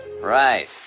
Right